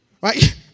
Right